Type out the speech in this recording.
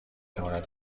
تواند